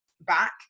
back